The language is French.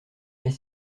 est